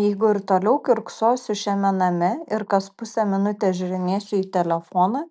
jeigu ir toliau kiurksosiu šiame name ir kas pusę minutės žiūrinėsiu į telefoną